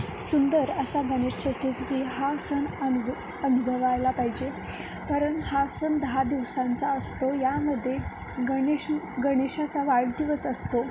सुंदर असा गणेश चतुर्थी हा सण अनुभ अनुभवायला पाहिजे कारण हा सण दहा दिवसांचा असतो यामध्ये गणेश गणेशाचा वाढदिवस असतो